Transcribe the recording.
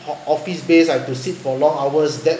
for office space I sit for long hours that